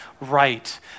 right